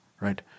right